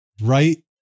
right